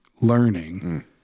learning